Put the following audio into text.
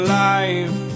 life